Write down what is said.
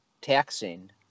taxing